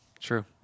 True